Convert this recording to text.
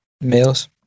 males